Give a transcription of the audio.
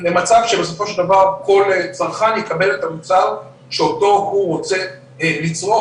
למצב שבסופו של דבר כל צרכן יקבל את המוצר שאותו הוא רוצה לצרוך,